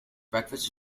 breakfast